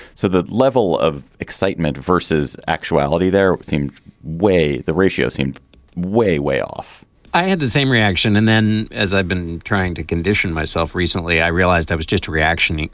so the level of excitement versus actuality there seems way. the ratio him way, way off i had the same reaction. and then as i've been trying to condition myself recently, i realized i was just reaction.